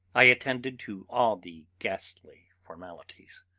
i attended to all the ghastly formalities,